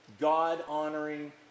God-honoring